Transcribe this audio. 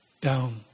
down